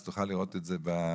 אז תוכל לראות את זה בפורטל.